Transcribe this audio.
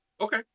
Okay